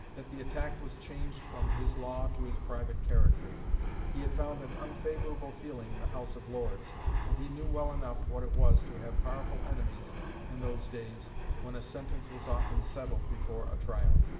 that the attack was changed from his law to his private character he had found an unfavourable feeling in the house of lords and he knew well enough what it was to have powerful enemies in those days when a sentence was often settled before a trial.